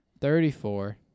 thirty-four